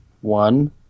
One